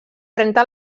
trenta